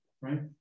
right